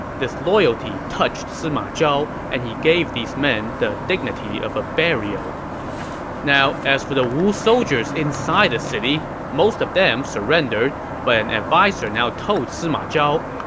this loyalty touched sima zhao, and he gave these men the dignity of a burial now, as for the wu soldiers inside the city, most of them surrendered, but an adviser now told sima zhao,